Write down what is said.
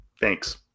Thanks